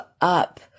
up